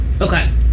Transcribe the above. Okay